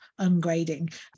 ungrading